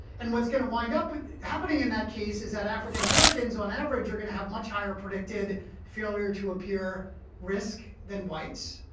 and what's going to wind up happening, in that case, is that african-americans on average are going to have much higher predicted failure-to-appear risk than whites.